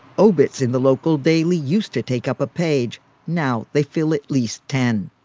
obits in the local daily used to take up a page now they fill at least ten.